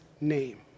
name